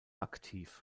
aktiv